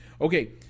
okay